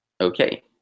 Okay